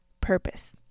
purpose